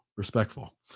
Respectful